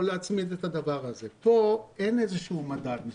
פה אין איזה שהוא מדד.